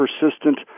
persistent